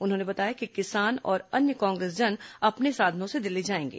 उन्होंने बताया कि किसान और अन्य कांग्रेसजन अपने साधनों से दिल्ली जाएंगे